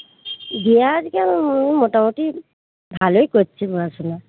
দিয়া আজকাল মোটামুটি ভালোই করছে পড়াশুনা